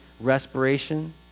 respiration